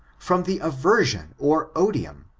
from the aversion or odium,